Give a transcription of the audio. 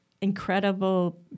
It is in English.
incredible